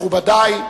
מכובדי,